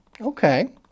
Okay